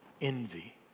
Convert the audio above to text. Envy